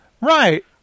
Right